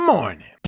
Morning